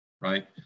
right